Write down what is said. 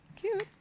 Cute